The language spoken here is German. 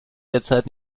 derzeit